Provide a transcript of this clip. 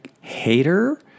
hater